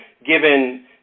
Given